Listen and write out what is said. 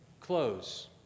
close